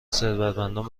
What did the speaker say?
ثروتمندان